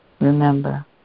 remember